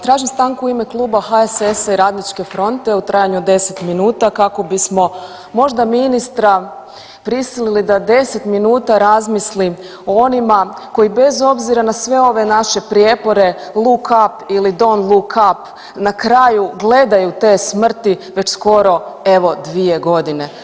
Tražim stanku u ime Kluba HSS i Radničke fronte u trajanju od 10 minuta kako bismo možda ministra prisilili da 10 minuta razmisli o onima koji bez obzira na sve ove naše prijepore look up, ili don't look up na kraju gledaju te smrti već skoro evo 2 godine.